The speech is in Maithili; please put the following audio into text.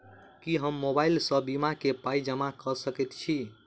की हम मोबाइल सअ बीमा केँ पाई जमा कऽ सकैत छी?